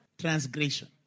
transgression